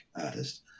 artist